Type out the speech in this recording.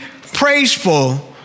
praiseful